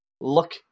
look